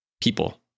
people